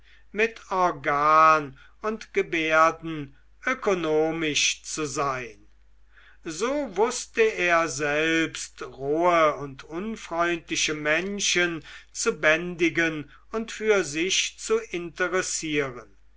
mit organ und gebärden ökonomisch zu sein so wußte er selbst rohe und unfreundliche menschen zu bändigen und für sich zu interessieren